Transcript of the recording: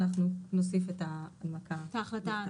אנחנו נוסיף את ההנמקה של ההחלטה.